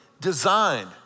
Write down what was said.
designed